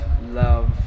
love